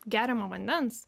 geriamo vandens